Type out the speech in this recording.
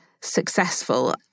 successful